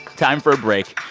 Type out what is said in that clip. time for a break.